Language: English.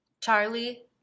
Charlie